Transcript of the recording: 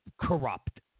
corrupt